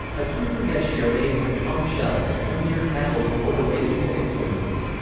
akufugeshi are made from conch shells and hung near cattle to ward away evil influences.